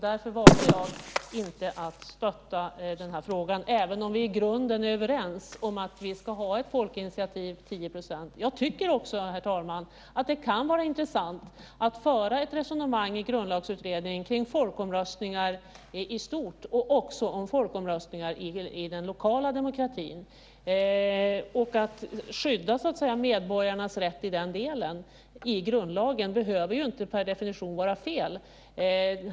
Därför valde jag att inte stötta den här frågan, även om vi i grunden är överens om att vi ska ha ett folkinitiativ på 10 %. Herr talman! Jag tycker också att det kan vara intressant att föra ett resonemang i Grundlagsutredningen om folkomröstningar i stort, och också om folkomröstningar i den lokala demokratin. Att skydda medborgarnas rätt i den delen i grundlagen behöver ju inte per definition vara fel.